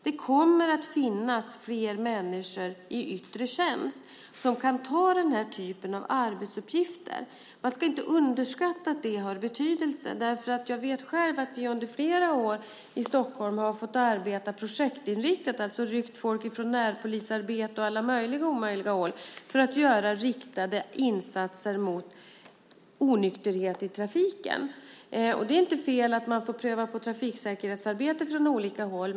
Det kommer att finnas fler människor i yttre tjänst som kan utföra denna typ av arbetsuppgifter. Man ska inte underskatta att detta har betydelse. Jag vet själv att vi under flera år i Stockholm har fått arbeta projektinriktat, alltså ryckt folk från närpolisarbete och från alla möjliga och omöjliga håll för att göra riktade insatser mot onykterhet i trafiken. Det är inte fel att man får pröva på trafiksäkerhetsarbete från olika håll.